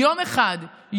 יום אחד,